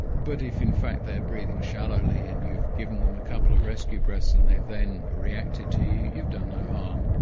but if in fact they're breathing shallowly, and you've given them a couple of rescue breaths and they've then reacted to you, you've done no harm.